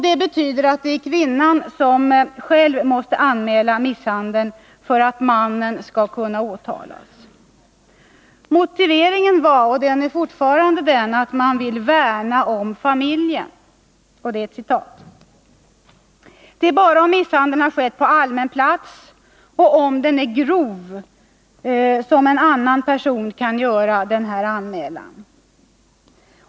Det betyder att det är kvinnan själv som måste anmäla misshandeln för att mannen skall kunna åtalas. Motiveringen var och är fortfarande att man vill ”värna om familjen”. Det är bara om misshandeln skett på allmän plats och om den är ”grov” som en annan person kan göra den här anmälan.